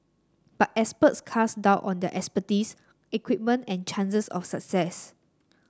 but experts cast doubt on their expertise equipment and chances of success